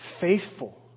faithful